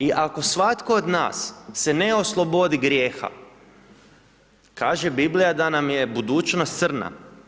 I ako svatko od nas se ne oslobodi grijeha, kaže Biblija da nam je budućnost crna.